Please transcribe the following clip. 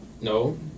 No